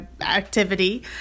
activity